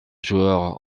joueurs